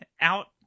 out